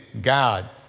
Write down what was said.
God